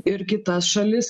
ir kitas šalis